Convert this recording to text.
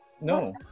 No